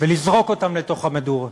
ולזרוק אותם לתוך המדורות.